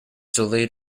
delayed